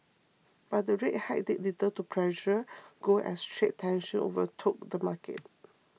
but the rate hike did little to pressure gold as trade tensions overtook the market